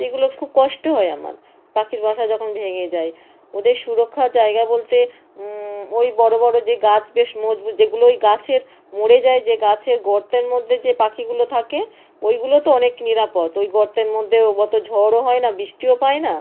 এগুলো খুব কষ্ট হয় আমার পাখির বাসা যখন ভেঙে যায় ওদের সুরক্ষার জায়গা বলতে ওই বড় বড় যে গাছ বেশ মজবুত যেগুলো ওই গাছের মরে যায় যে গাছের গর্তের মধ্যে যে পাখিগুলো থাকে ওইগুলো তো অনেক নিরাপদ ওই গর্তের মধ্যে অত ঝড়ও হয় না বৃষ্টিও পায় না